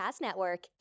Network